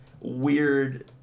weird